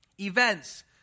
events